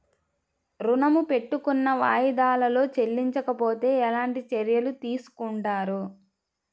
ఋణము పెట్టుకున్న వాయిదాలలో చెల్లించకపోతే ఎలాంటి చర్యలు తీసుకుంటారు?